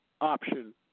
option